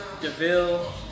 DeVille